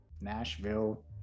Nashville